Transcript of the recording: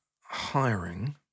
hiring